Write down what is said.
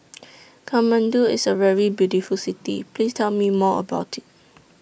Kathmandu IS A very beautiful City Please Tell Me More about IT